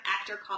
actor